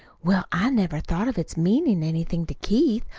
well, i never thought of its meanin' anything to keith,